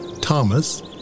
Thomas